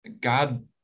God